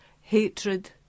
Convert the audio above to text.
hatred